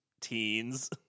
teens